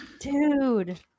dude